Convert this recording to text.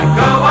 go